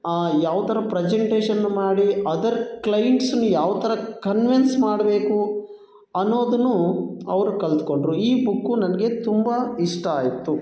ಯಾವ ಥರ ಪ್ರೆಸೆಂಟೇಷನ್ ಮಾಡಿ ಅದರ್ ಕ್ಲೈಂಟ್ಸ್ನ್ನ ಯಾವ ಥರ ಕನ್ವಿನ್ಸ್ ಮಾಡಬೇಕು ಅನ್ನೋದನ್ನೂ ಅವ್ರು ಕಲಿತ್ಕೊಂಡ್ರು ಈ ಬುಕ್ಕು ನನಗೆ ತುಂಬ ಇಷ್ಟ ಆಯಿತು